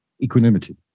equanimity